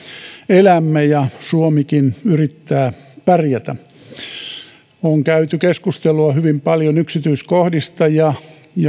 elämme ja suomikin yrittää pärjätä on käyty keskustelua hyvin paljon yksityiskohdista ja